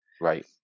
Right